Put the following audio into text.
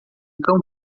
cão